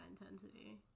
intensity